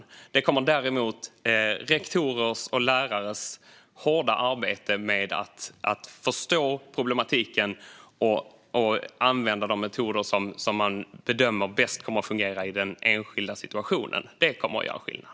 Däremot kommer rektorers och lärares hårda arbete med att förstå problematiken och använda de metoder som man bedömer kommer att fungera bäst i den enskilda situationen att göra skillnad.